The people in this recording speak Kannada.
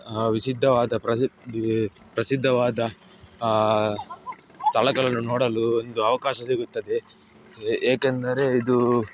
ಸಿದ್ಧವಾದ ಪ್ರಸಿದ್ಧಿ ಪ್ರಸಿದ್ಧವಾದ ಆ ಸ್ಥಳಗಳನ್ನು ನೋಡಲು ಒಂದು ಅವಕಾಶ ಸಿಗುತ್ತದೆ ಏಕೆಂದರೆ ಇದು